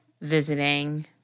visiting